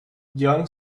young